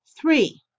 Three